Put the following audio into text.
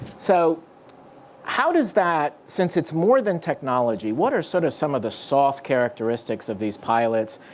so how does that, since it's more than technology. what are sort of some of the soft characteristics of these pilots?